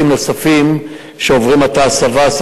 בקיץ שעבר הוכו ארגון ה"חמאס"